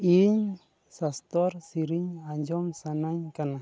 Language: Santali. ᱤᱧ ᱥᱟᱥᱛᱚᱨ ᱥᱮᱨᱮᱧ ᱟᱸᱡᱚᱢ ᱥᱟᱱᱟᱧ ᱠᱟᱱᱟ